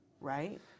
Right